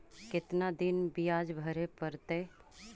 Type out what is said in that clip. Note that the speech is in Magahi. कितना दिन बियाज भरे परतैय?